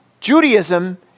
Judaism